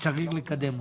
שיש לקדמו.